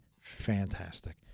Fantastic